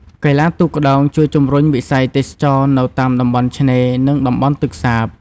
កីឡាទូកក្ដោងជួយជំរុញវិស័យទេសចរណ៍នៅតាមតំបន់ឆ្នេរ និងតំបន់ទឹកសាប។